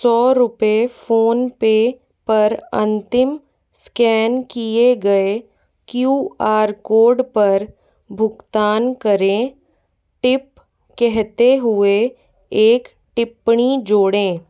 सौ रुपये phone pay पर अंतिम स्कैन किए गए क्यू आर कोड पर भुगतान करें टिप कहते हुए एक टिप्पणी जोड़ें